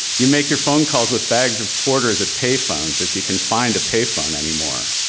you make your phone calls with bags of quarters at payphones if you can find a payphone anymore.